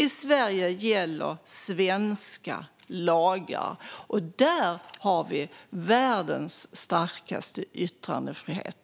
I Sverige gäller svenska lagar, och där har vi världens starkaste yttrandefrihet.